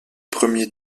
premier